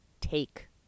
Take